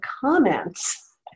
comments